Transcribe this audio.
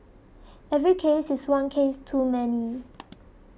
every case is one case too many